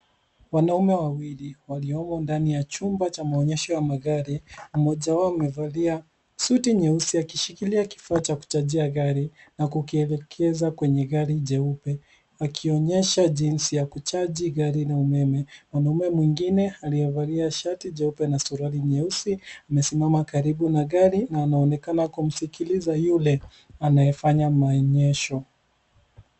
Wanaume wawili waliomo ndani ya chumba cha maonyesho ya magari. Mmoja wao amevalia suti nyeusi akishikilia kifaa cha kuchajia gari, na kukielekeza kwenye gari jeupe, akionyesha jinsi ya kuchaji gari na umeme. Mwanaume mwingine aliyevalia shati jeupe na suruali nyeusi, amesimama karibu na gari na anaonekana kumsikiliza yule anayefanya maonyesho.